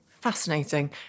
fascinating